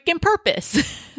purpose